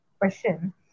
question